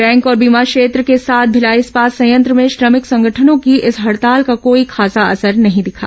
bank और बोमा क्षेत्र के साथ भिलाई इस्पात संयंत्र में श्रमिक संगठनों की इस हड़ताल का कोई खास असर नहीं दिखा